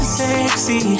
sexy